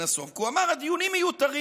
כי הוא אמר: הדיונים מיותרים.